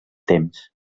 temps